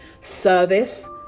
service